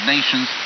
Nations